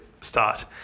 start